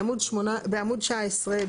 בעמוד 19,